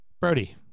Brody